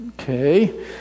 Okay